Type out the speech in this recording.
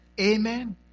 Amen